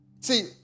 See